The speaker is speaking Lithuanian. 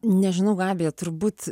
nežinau gabija turbūt